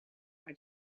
are